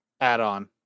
Add-on